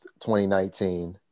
2019